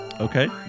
Okay